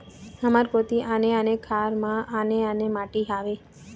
हमर कोती आने आने खार म आने आने माटी हावे?